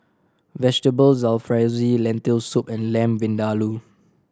Vegetable Jalfrezi Lentil Soup and Lamb Vindaloo